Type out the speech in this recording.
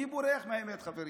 מי בורח מהאמת, חברים?